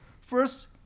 First